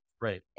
Right